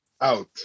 out